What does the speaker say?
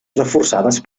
reforçades